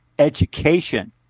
education